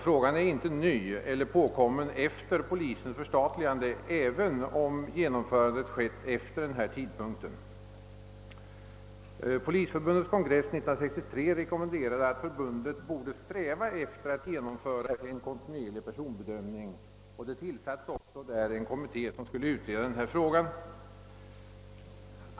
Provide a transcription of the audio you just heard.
Frågan är inte ny eller påkommen efter polisens förstatligande, även om genomförandet skett efter den tidpunkten. Polisförbundets kongress 1963 rekommenderade att förbundet skulle sträva efter att genomföza en kontinuerlig personbedömning, och kongressen tillsatte också en kommitté som skulle utreda frågan.